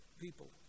people